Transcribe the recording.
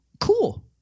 cool